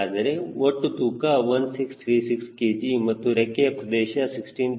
ಹಾಗಾದರೆ ಒಟ್ಟು ತೂಕ 1636 kg ಮತ್ತು ರೆಕ್ಕೆಯ ಪ್ರದೇಶವು 16